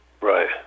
Right